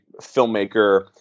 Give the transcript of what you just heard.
filmmaker